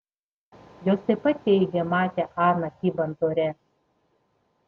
jos taip pat teigė matę aną kybant ore